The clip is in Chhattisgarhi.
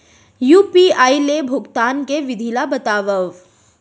यू.पी.आई ले भुगतान के विधि ला बतावव